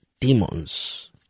demons